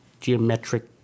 geometric